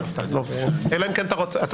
אתה רוצה?